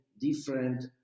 different